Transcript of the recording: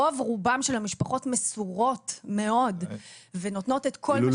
רוב רובן של המשפחות מסורות מאוד ונותנות את כל מה שיש להן.